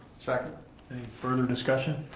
second. any further discussion?